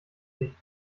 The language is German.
nicht